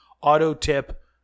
auto-tip